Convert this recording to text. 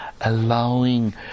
allowing